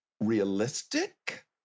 realistic